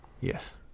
Yes